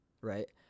right